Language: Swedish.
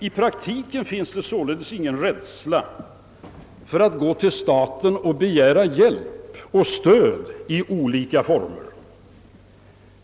I praktiken finns det således ingen rädsla för att av staten begära hjälp och stöd i olika former.